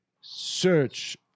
search